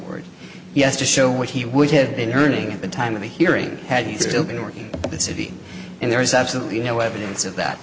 were yes to show what he would have been earning at the time of the hearing had still been working in the city and there is absolutely no evidence of that